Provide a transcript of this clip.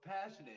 passionate